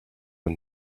and